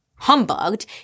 Humbugged